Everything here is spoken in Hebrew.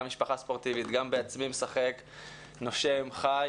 גם משפחה ספורטיבית, גם בעצמי משחק, נושם, חי